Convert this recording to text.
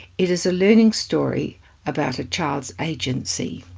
it is a learning story about a child's agency.